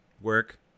work